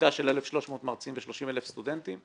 משביתה של 1,300 מרצים ו-30,000 סטודנטים.